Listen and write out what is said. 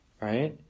right